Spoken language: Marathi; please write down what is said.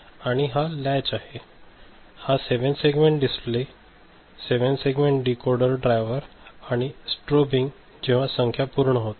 आणि हा लॅच आहे हा 7 segment display 7 segment decoder driver आणि हे स्ट्रोबिंग जेव्हा संख्या पूर्ण होते